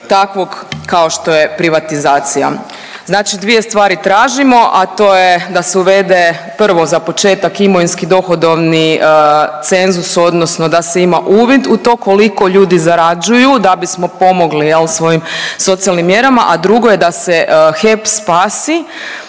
takvog kao što je privatizacija. Znači dvije stvari tražimo, a to je da se uvede prvo za početak imovinski dohodovni cenzus odnosno da se ima uvid u to koliko ljudi zarađuju da bismo pomogli jel svojim socijalnim mjerama, a drugo je da se HEP spasi